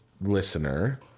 listener